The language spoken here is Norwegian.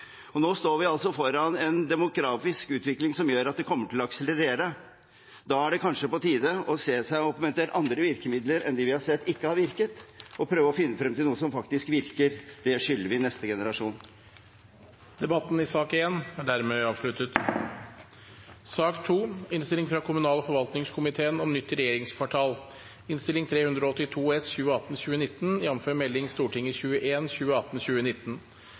Nå står vi foran en demografisk utvikling som gjør at det kommer til å akselerere. Da er det kanskje på tide å se seg om etter andre virkemidler enn dem vi har sett ikke har virket, og prøve å finne frem til noe som faktisk virker. Det skylder vi neste generasjon. Flere har ikke bedt om ordet til sak nr. 1. Etter ønske fra kommunal- og forvaltningskomiteen